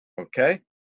Okay